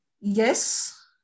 Yes